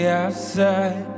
outside